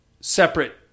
separate